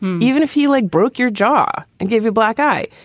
even if you like, broke your jaw and gave you a black eye.